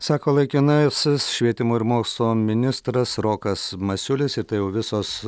sako laikinasis švietimo ir mokslo ministras rokas masiulis ir tai jau visos